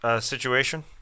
Situation